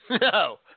No